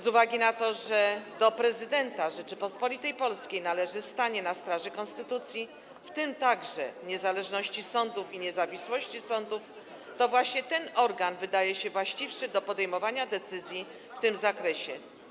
Z uwagi na to, że do prezydenta Rzeczypospolitej Polskiej należy stanie na straży konstytucji - w tym także niezależności sądów i niezawisłości sądów - to właśnie ten organ wydaje się właściwszy do podejmowania decyzji w tym zakresie.